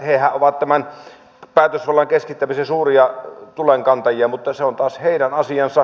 hehän ovat tämän päätösvallan keskittämisen suuria tulenkantajia mutta se on taas heidän asiansa